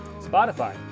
Spotify